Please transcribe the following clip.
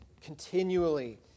continually